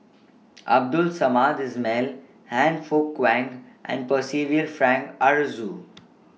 Abdul Samad Ismail Han Fook Kwang and Percival Frank Aroozoo